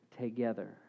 together